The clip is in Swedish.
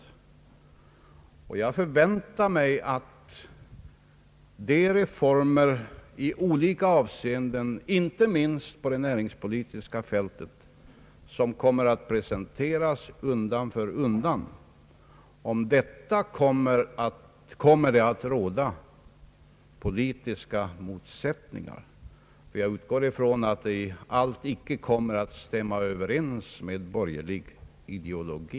Jag väntar mig nu ingenting annat än att de reformer i olika avseenden, inte minst på det näringspolitiska fältet, som kommer att presenteras undan för undan, kommer att föranleda politiska motsättningar, ty jag utgår ifrån att allt icke kommer att stämma överens med borgerlig ideologi.